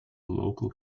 local